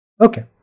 Okay